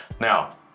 Now